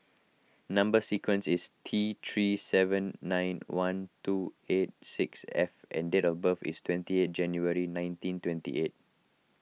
Number Sequence is T three seven nine one two eight six F and date of birth is twenty eight January nineteen twenty eight